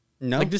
No